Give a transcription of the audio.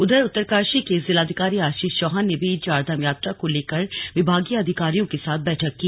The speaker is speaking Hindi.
उधर उत्तरकाशी के जिलाधिकारी आशीष चौहान ने भी चारधाम यात्रा को लेकर विभागीय अधिकारियों के साथ बैठक की